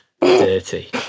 Dirty